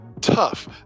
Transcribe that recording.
tough